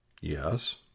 Yes